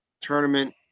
tournament